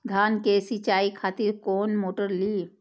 धान के सीचाई खातिर कोन मोटर ली?